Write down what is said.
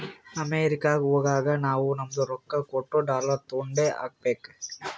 ಅಮೆರಿಕಾಗ್ ಹೋಗಾಗ ನಾವೂ ನಮ್ದು ರೊಕ್ಕಾ ಕೊಟ್ಟು ಡಾಲರ್ ತೊಂಡೆ ಹೋಗ್ಬೇಕ